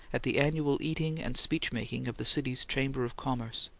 at the annual eating and speech-making of the city's chamber of commerce.